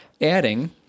adding